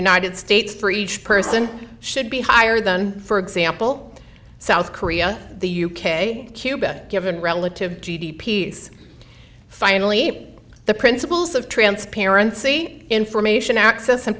united states for each person should be higher than for example south korea the u k cuba given relative g d p s finally the principles of transparency information access